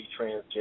transgender